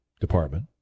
department